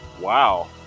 Wow